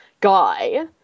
guy